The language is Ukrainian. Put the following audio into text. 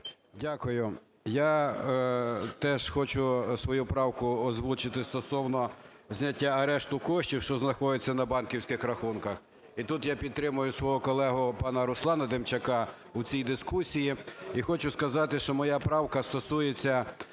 Дякую. Я теж хочу свою правку озвучити стосовно зняття арешту коштів, що знаходяться на банківських рахунках, і тут я підтримую свого колегу пана Руслана Демчака у цій дискусії. І хочу сказати, що моя правка стосується,